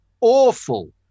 awful